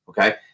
Okay